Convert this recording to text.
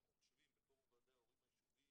אנחנו חושבים בפורום ועדי ההורים היישוביים